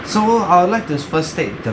so I would like to first state the